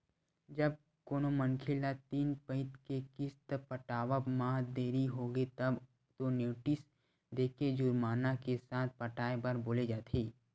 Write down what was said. जब कोनो मनखे ल तीन पइत के किस्त पटावब म देरी होगे तब तो नोटिस देके जुरमाना के साथ पटाए बर बोले जाथे